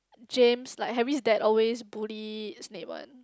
James like Harry's dad always bullies Snape one